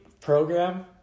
program